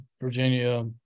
Virginia